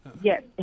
Yes